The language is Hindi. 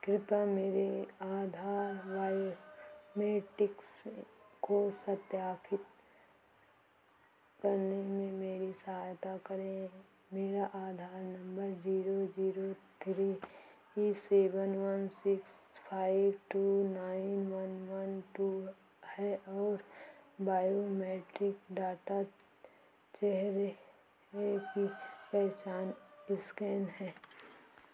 कृपया मेरे आधार बायोमेट्रिक्स को सत्यापित करने में मेरी सहायता करें मेरा Aadhaar number zero zero three seven one six five two nine one one two है और बायोमेट्रिक डाटा चेहरे की पहचान एस्कैन है